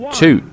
two